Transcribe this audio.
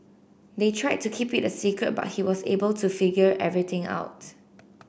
they tried to keep it a secret but he was able to figure everything out